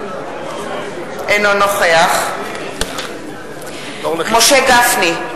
אינו נוכח משה גפני,